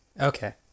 Okay